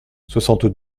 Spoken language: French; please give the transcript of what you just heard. soixante